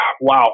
wow